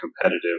competitive